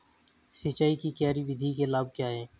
सिंचाई की क्यारी विधि के लाभ क्या हैं?